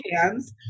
hands